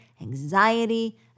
anxiety